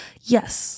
yes